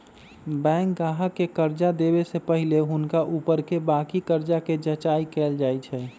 bank गाहक के कर्जा देबऐ से पहिले हुनका ऊपरके बाकी कर्जा के जचाइं कएल जाइ छइ